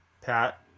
Pat